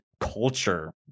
culture